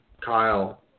Kyle